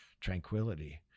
tranquility